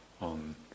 on